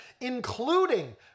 including